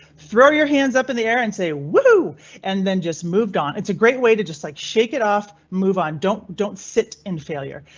throw your hands up in the air and say woo and then just moved on. it's a great way to just like shake it of move on. don't don't sit in failure.